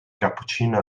cappuccino